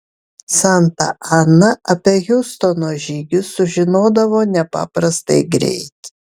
santa ana apie hiustono žygius sužinodavo nepaprastai greit